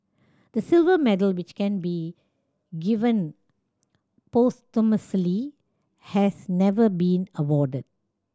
the silver medal which can be given posthumously has never been awarded